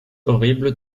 horrible